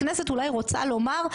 הכנסת אולי רוצה לומר,